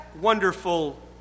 wonderful